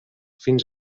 fins